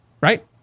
right